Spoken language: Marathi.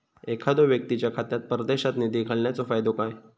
एखादो व्यक्तीच्या खात्यात परदेशात निधी घालन्याचो फायदो काय?